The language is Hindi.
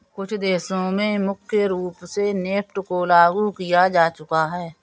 कुछ देशों में मुख्य रूप से नेफ्ट को लागू किया जा चुका है